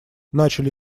начали